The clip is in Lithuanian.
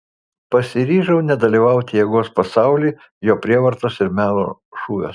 pasiryžau nedalyvaut jėgos pasauly jo prievartos ir melo šūviuos